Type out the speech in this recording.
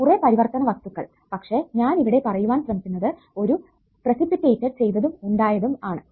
കുറെ പരിവർത്തിതവസ്തുക്കൾ പക്ഷെ ഞാൻ ഇവിടെ പറയുവാൻ ശ്രമിക്കുന്നത് പവർ പ്രെസിപിറ്റേറ്റഡ് ചെയ്തതും ഉണ്ടായതും ആണ്